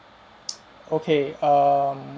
okay um